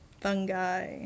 fungi